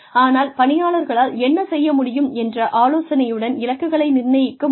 ஆனால் பணியாளர்களால் என்ன செய்ய முடியும் என்ற ஆலோசனையுடன் இலக்குகளை நிர்ணயிக்க முடியும்